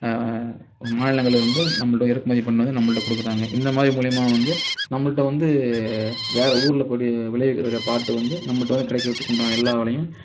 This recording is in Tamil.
மாநிலங்கள்லிருந்து நம்மள்ட்ட இறக்குமதி பண்ணி வந்து நம்மள்ட்ட கொடுக்குறாங்க இந்தமாதிரி மூலயமா வந்து நம்மள்ட்ட வந்து வேற ஊரில் கூடி விளைவிக்கிற பார்ட் வந்து நம்மள்ட்ட வந்து கிடைக்கிறதுக்குண்டான எல்லா விலையும்